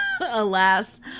Alas